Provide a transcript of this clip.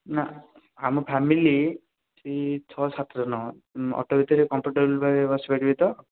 ନା ଆମ ଫ୍ୟାମିଲି ଛଅ ସାତ ଜଣ ଅଟୋ ଭିତରେ କମ୍ଫର୍ଟେବଲ୍ ଭାଇ ଭାବରେ ବସିପାରିବେ ତ